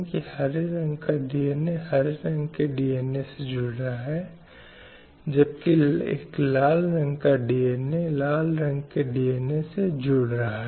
एक और महिला जननांग विकृति को हाल के दिनों में महिलाओं के खिलाफ अपराध की सूची में भी जोड़ा गया है